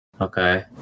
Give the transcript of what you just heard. Okay